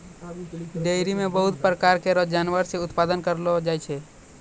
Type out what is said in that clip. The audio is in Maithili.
डेयरी म बहुत प्रकार केरो जानवर से उत्पादन करलो जाय छै